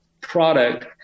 product